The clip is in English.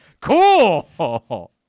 Cool